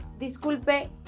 disculpe